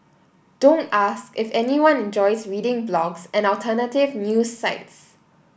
don't ask if anyone enjoys reading blogs and alternative news sites